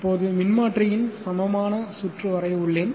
இப்போது மின்மாற்றியின் சமமான சுற்று வரைய உள்ளேன்